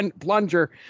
plunger